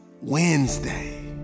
Wednesday